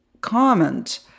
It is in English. comment